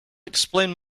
explain